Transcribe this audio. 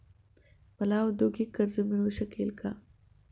मला औद्योगिक कर्ज मिळू शकेल का?